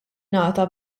ngħata